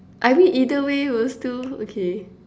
I mean either way we'll still okay